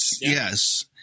Yes